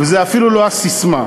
וזאת אפילו לא הססמה.